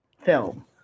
film